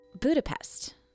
Budapest